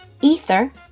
ether